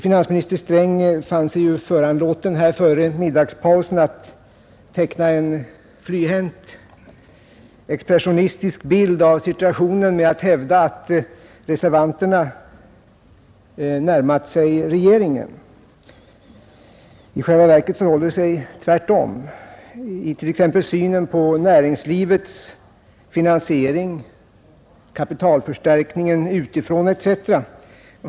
Finansminister Sträng fann sig föranlåten före middagspausen att teckna en flyhänt, expressionistisk bild av situationen och hävda att reservanterna närmat sig regeringen. I själva verket förhåller det sig tvärtom. I t.ex. synen på näringslivets finansiering, kapitalförstärkning utifrån etc.